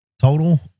total